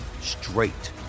straight